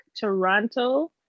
Toronto